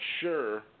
sure